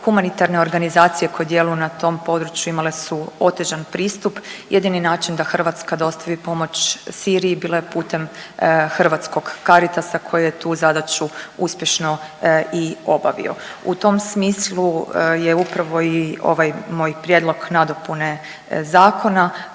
humanitarne organizacije koje djeluju na tom području imale su otežan pristup, jedini način da Hrvatska dostavi pomoć Siriji bila je putem Hrvatskog Caritasa koji je tu zadaću uspješno i obavio. U tom smislu je upravo i ovaj moj prijedlog nadopune zakona